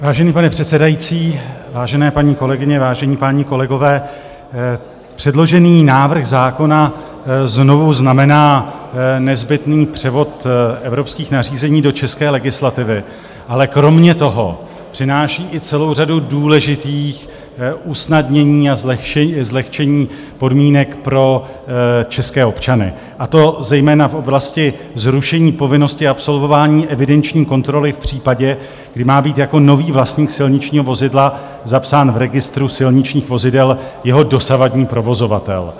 Vážený pane předsedající, vážené paní kolegyně, vážení páni kolegové, předložený návrh zákona znovu znamená nezbytný převod evropských nařízení do české legislativy, ale kromě toho přináší i celou řadu důležitých usnadnění a zlehčení podmínek pro české občany, a to zejména v oblasti zrušení povinnosti absolvování evidenční kontroly v případě, kdy má být jako nový vlastník silničního vozidla zapsán v registru silničních vozidel jeho dosavadní provozovatel.